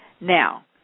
Now